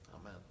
Amen